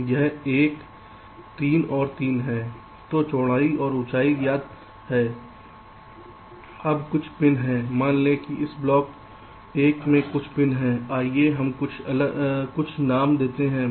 तो चौड़ाई और ऊंचाई ज्ञात है अब कुछ पिन हैं मान लें कि इस ब्लॉक 1 में कुछ पिन हैं आइए हम कुछ नाम देते हैं